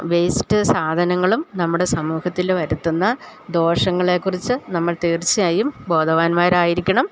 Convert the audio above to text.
waste സാധനങ്ങളും നമ്മുടെ സമൂഹത്തില് വരുത്തുന്ന ദോഷങ്ങളെക്കുറിച്ച് നമ്മൾ തീർച്ചയായും ബോധവാന്മാരായിരിക്കണം